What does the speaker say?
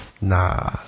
Nah